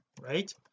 right